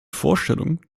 vorstellung